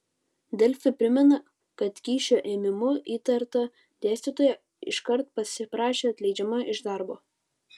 delfi primena kad kyšio ėmimu įtarta dėstytoja iškart pasiprašė atleidžiama iš darbo